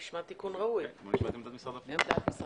נשמע תיקון ראוי, מה עמדת משרד הפנים?